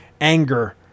anger